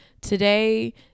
today